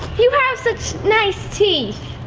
you have such nice teeth.